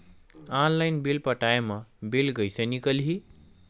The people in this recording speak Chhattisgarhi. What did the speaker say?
ऑनलाइन बिल पटाय मा बिल कइसे निकलही?